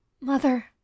mother